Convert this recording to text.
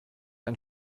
ein